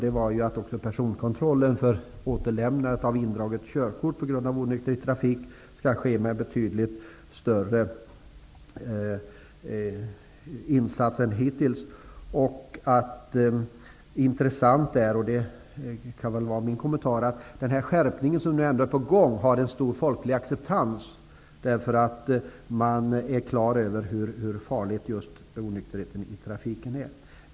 Det var att också personkontrollen för återlämnandet av indraget körkort på grund av onykterhet i trafik skall ske med betydligt större insats än hittills. Intressant är, och det kan väl vara min kommentar, att den skärpning som är på gång har en stor folklig acceptans, därför att man är på det klara med hur farlig just onykterheten i trafiken är.